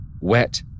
wet